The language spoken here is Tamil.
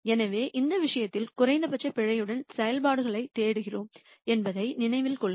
எனவே அந்த விஷயத்தில் குறைந்தபட்ச பிழையுடன் செயல்பாடுகளைத் தேடுகிறோம் என்பதை நினைவில் கொள்க